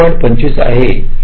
25 आहे हे 0